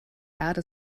erde